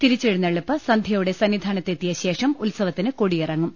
തിരിച്ചെഴുന്നെള്ളിപ്പ് സന്ധ്യ യോടെ സന്നിധാനത്ത് എത്തിയശേഷം ഉത്സവത്തിന് കൊടിയി റങ്ങും